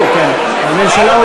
הממשלה?